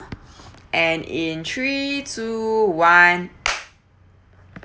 and in three two one